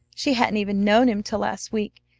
she hadn't even known him till last week.